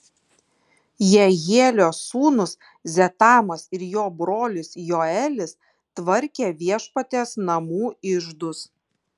jehielio sūnūs zetamas ir jo brolis joelis tvarkė viešpaties namų iždus